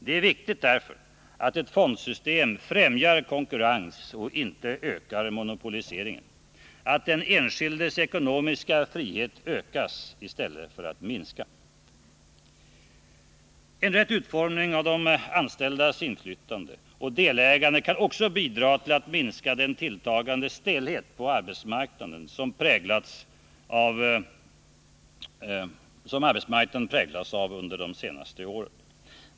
Det är därför viktigt att ett fondsystem främjar konkurrens och inte ökar monopoliseringen, att den enskildes ekonomiska frihet ökas och inte minskas. En rätt utformning av de anställdas inflytande och delägande kan också bidra till att minska den tilltagande stelhet som arbetsmarknaden har präglats av under de senaste åren.